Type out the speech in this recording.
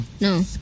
No